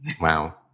Wow